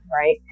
right